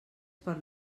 per